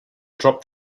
dropped